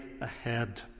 ahead